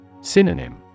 Synonym